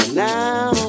now